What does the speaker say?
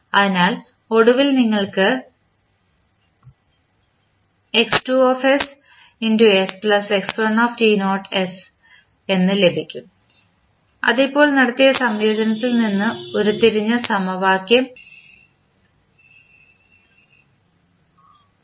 അതിനാൽ ഒടുവിൽ നിങ്ങൾക്ക് X2sx1s കൾ ലഭിക്കും അത് ഇപ്പോൾ നടത്തിയ സംയോജനത്തിൻറെ നിന്ന് ഉരുത്തിരിഞ്ഞ സമവാക്യം മാത്രമാണ്